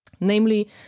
Namely